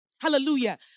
Hallelujah